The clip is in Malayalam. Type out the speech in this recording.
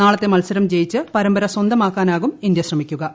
നാളത്തെ ക്മിത്സ്രം ജയിച്ച് പരമ്പര സ്വന്തമാക്കാനാകും ഇന്ത്യ ശ്രമിക്കുക്